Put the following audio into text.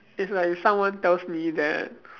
is like if someone tells me that